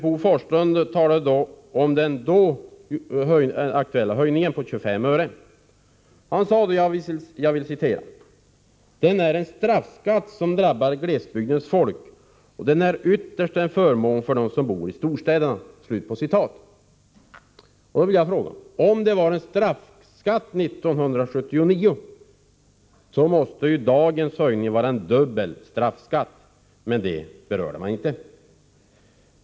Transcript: Bo Forslund sade om den då aktuella höjningen på 25 öre: ”Den är en straffskatt som drabbar glesbygdens folk, och den är ytterst en förmån för dem som bor i storstäderna.” Om höjningen 1979 var en straffskatt, måste ju dagens höjning vara en dubbel straffskatt, men det berörde han inte.